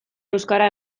euskara